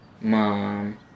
Mom